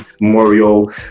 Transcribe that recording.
memorial